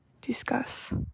discuss